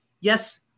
yes